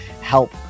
help